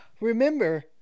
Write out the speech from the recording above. remember